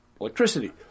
electricity